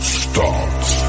starts